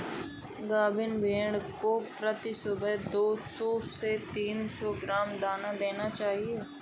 गाभिन भेड़ को प्रति सुबह दो सौ से तीन सौ ग्राम दाना देना चाहिए